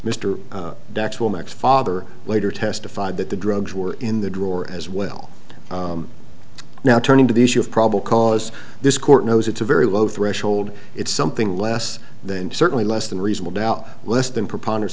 next father later testified that the drugs were in the drawer as well now turning to the issue of probable cause this court knows it's a very low threshold it's something less than certainly less than reasonable doubt less than preponderance